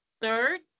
third